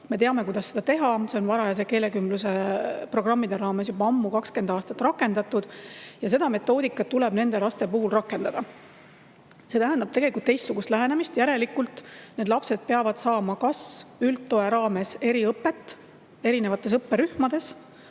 me teame, kuidas seda teha. Seda on varajase keelekümbluse programmide raames rakendatud juba ammu, 20 aastat, ja seda metoodikat tuleb nende laste puhul rakendada. See tähendab teistsugust lähenemist. Järelikult peavad need lapsed saama kas üldtoe raames eriõpet erinevates õpperühmades